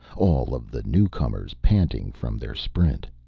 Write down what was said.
all of the newcomers panting from their sprint.